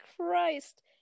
Christ